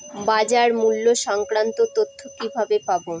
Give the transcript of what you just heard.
বাজার মূল্য সংক্রান্ত তথ্য কিভাবে পাবো?